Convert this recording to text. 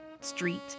Street